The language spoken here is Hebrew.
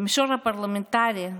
במישור הפרלמנטרי,